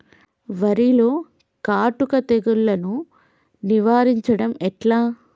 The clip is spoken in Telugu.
వరిలో కాటుక తెగుళ్లను నివారించడం ఎట్లా?